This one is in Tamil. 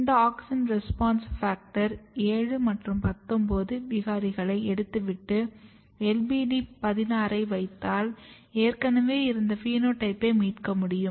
இந்த AUXIN RESPONSE FACTOR 7 மற்றும் 19 விகாரிகளை எடுத்துவிட்டு LBD 16 ஐ வைத்தால் ஏற்கனவே இருந்த பினோடைப்பை மீட்க முடியும்